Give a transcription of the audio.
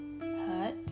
hurt